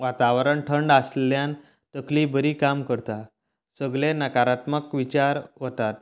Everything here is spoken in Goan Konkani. वातावरण थंड आसल्यान तकली बरी काम करता सगळे नकारात्मक विचार वतात